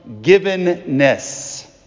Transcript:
Givenness